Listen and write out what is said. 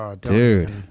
Dude